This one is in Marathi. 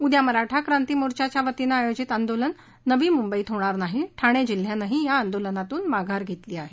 उद्या मराठा क्रांती मोर्चाच्या वतीनं आयोजित आंदोलन नवी मुंबईत होणार नाही ठाणे जिल्ह्यानंही या आंदोलनातून माघार घेतली आहे